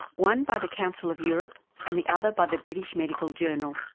one by the council of europe and the other by the british medical journal,